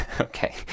okay